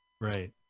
Right